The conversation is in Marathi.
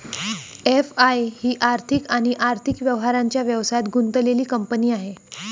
एफ.आई ही आर्थिक आणि आर्थिक व्यवहारांच्या व्यवसायात गुंतलेली कंपनी आहे